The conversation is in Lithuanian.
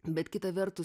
bet kita vertus